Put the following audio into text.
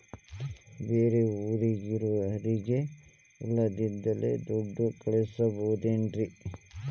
ಬೇರೆ ಊರಾಗಿರೋರಿಗೆ ಇಲ್ಲಿಂದಲೇ ದುಡ್ಡು ಕಳಿಸ್ಬೋದೇನ್ರಿ?